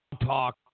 Talk